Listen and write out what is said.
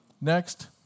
Next